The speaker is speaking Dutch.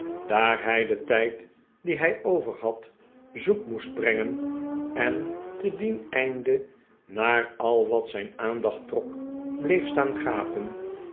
daar hij den tijd dien hij over had zoek moest brengen en te dien einde naar al wat zijn aandacht trok bleef staan gapen